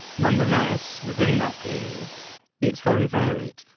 nonetheless, within that period it's very varied,